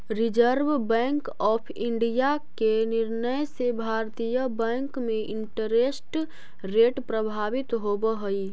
reserve bank of India के निर्णय से भारतीय बैंक में इंटरेस्ट रेट प्रभावित होवऽ हई